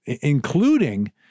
including